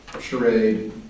charade